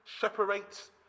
separates